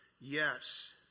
yes